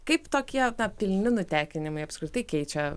kaip tokie pilni nutekinimai apskritai keičia